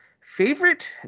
favorite